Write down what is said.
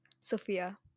Sophia